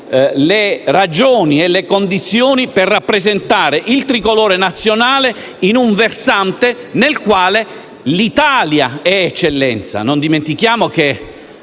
in regola e le condizioni per rappresentare il tricolore nazionale in una versante nel quale l'Italia è un'eccellenza. Non dimentichiamo che